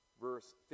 Verse